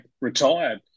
retired